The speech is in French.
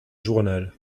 journal